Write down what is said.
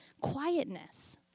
quietness